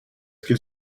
qu’il